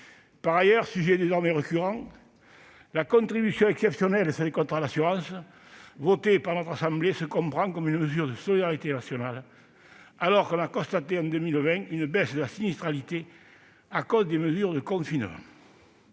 Par ailleurs, sujet désormais récurrent, la contribution exceptionnelle sur les contrats d'assurance adoptée par notre assemblée se comprend comme une mesure de solidarité nationale, alors que l'on a constaté en 2020 une baisse de la sinistralité du fait des mesures de confinement.